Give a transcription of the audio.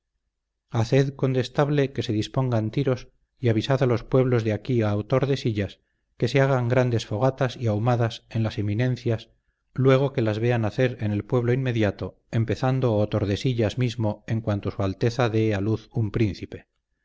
haced condestable que se dispongan tiros y avisad a los pueblos de aquí a otordesillas que se hagan grandes fogatas y ahumadas en las eminencias luego que las vean hacer en el pueblo inmediato empezando otordesillas mismo en cuanto su alteza dé a luz un príncipe